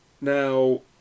Now